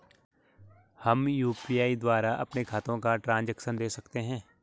हम यु.पी.आई द्वारा अपने खातों का ट्रैन्ज़ैक्शन देख सकते हैं?